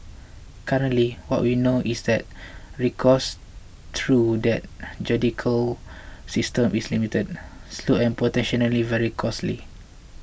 currently what we know is that recourse through that judicial system is limited slow and potentially very costly